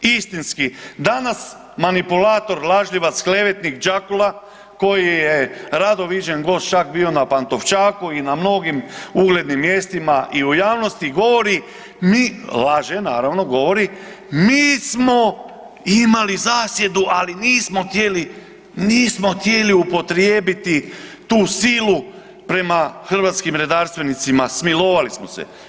Istinski danas manipulator, lažljivac, klevetnik Đakula koji je rado viđen gost čak bio na Pantovčaku i na mnogim uglednim mjestima i u javnosti govori mi, laže naravno, govori mi smo imali zasjedu ali nismo htjeli, nismo htjeli upotrijebiti tu silu prema hrvatskim redarstvenicima, smilovali smo se.